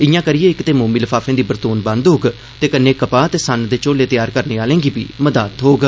ईआ करियै इक ते मोमी लफाफें दी बरतोन बद्द होग ते कन्नै कपाह ते सन्न दे झोले तैयार करने आहलें गी बी मदाद थ्होग